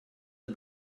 are